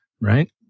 right